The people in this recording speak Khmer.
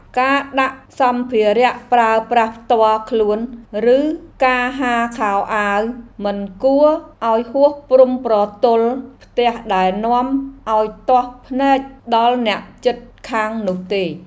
ការដាក់សម្ភារៈប្រើប្រាស់ផ្ទាល់ខ្លួនឬការហាលខោអាវមិនគួរឱ្យហួសព្រំប្រទល់ផ្ទះដែលនាំឱ្យទាស់ភ្នែកដល់អ្នកជិតខាងនោះទេ។